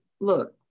look